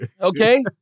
okay